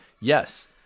yes